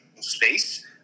space